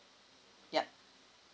yup